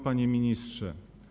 Panie Ministrze!